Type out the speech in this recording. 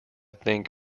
think